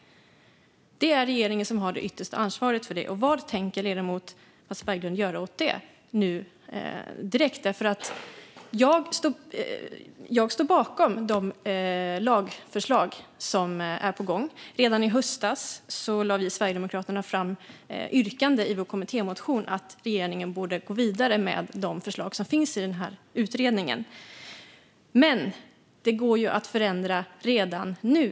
Det är regeringen som har det yttersta ansvaret för detta. Vad tänker ledamoten Mats Berglund göra åt det nu direkt? Jag står bakom de lagförslag som är på gång. Redan i höstas lade Sverigedemokraterna fram ett yrkande i vår kommittémotion att regeringen borde gå vidare med de förslag som finns i den här utredningen. Men det går ju att förändra redan nu.